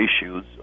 issues